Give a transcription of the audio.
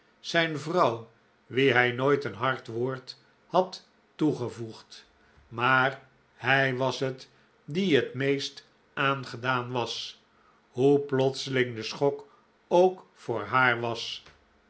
zijn vrouw wie hij nooit een hard woord had toegevoegd maar hij was het die het meest aangedaan was hoe plotseling de schok ook voor haar was